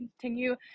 continue